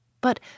But